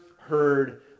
heard